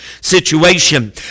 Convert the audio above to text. situation